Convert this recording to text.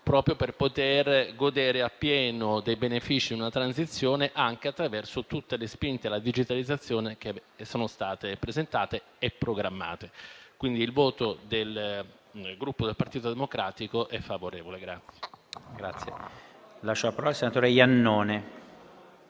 proprio per poter godere appieno dei benefici di una transizione anche attraverso tutte le spinte alla digitalizzazione che sono state presentate e programmate. Il voto del Gruppo Partito Democratico è quindi favorevole.